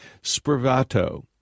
Spravato